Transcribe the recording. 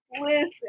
Listen